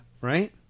right